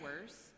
worse